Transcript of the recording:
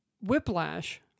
Whiplash